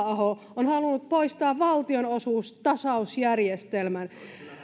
aho on halunnut poistaa valtionosuustasausjärjestelmän